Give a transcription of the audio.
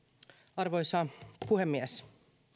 arvoisa puhemies